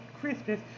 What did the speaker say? Christmas